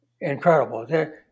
incredible